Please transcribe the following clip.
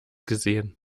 gesehen